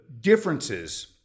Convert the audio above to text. differences